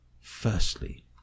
Firstly